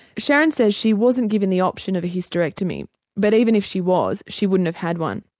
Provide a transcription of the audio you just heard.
sharon says she wasn't given the option of a hysterectomy but even if she was she wouldn't have had one.